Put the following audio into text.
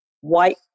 white